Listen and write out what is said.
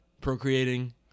procreating